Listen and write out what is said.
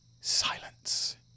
silence